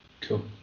cool